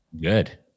Good